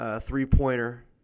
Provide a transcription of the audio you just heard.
three-pointer